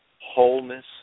wholeness